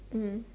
mm